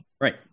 right